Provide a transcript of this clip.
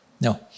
No